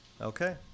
Okay